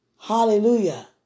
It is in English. Hallelujah